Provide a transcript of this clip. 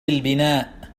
البناء